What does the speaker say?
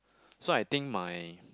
so I think my